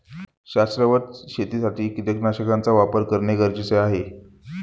शाश्वत शेतीसाठी कीटकनाशकांचा वापर करणे गरजेचे आहे